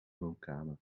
woonkamer